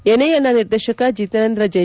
ಎನ್ಎಎಲ್ನ ನಿರ್ದೇಶಕ ಜಿತೇಂದ್ರ ಜೆ